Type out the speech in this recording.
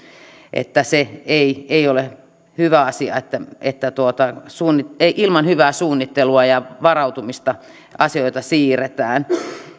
että se ei ole hyvä asia että että ilman hyvää suunnittelua ja varautumista asioita siirretään